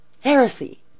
Heresy